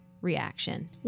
reaction